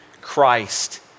Christ